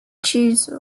choose